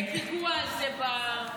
עד שכבר יצאו, היה את הפיגוע הזה ברכבת הקלה.